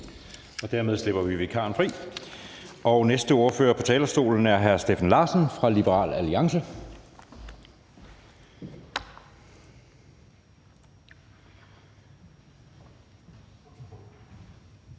Dermed slipper vi vikaren fri. Næste ordfører på talerstolen er hr. Steffen Larsen fra Liberal Alliance.